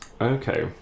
okay